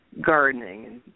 gardening